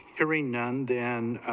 hearing monday and,